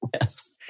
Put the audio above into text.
Yes